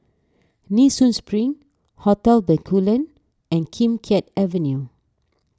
Nee Soon Spring Hotel Bencoolen and Kim Keat Avenue